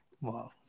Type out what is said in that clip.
Wow